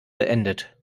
beendet